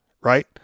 Right